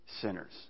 sinners